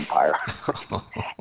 empire